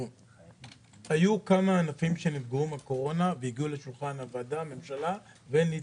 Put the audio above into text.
היו כמה ענפים שנפגעו מקורונה והגיעו לשולחן הוועדה והממשלה ונתמכו.